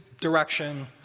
direction